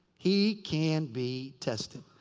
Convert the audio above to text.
he can be tested.